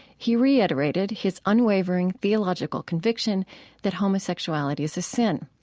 he reiterated his unwavering theological conviction that homosexuality is a sin.